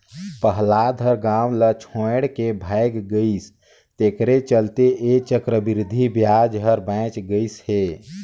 पहलाद ह गाव ल छोएड के भाएग गइस तेखरे चलते ऐ चक्रबृद्धि बियाज हर बांएच गइस हे